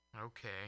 okay